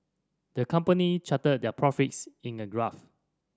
the company charted their profits in a graph